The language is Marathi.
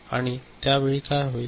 आणि त्या वेळी काय होईल